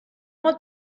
what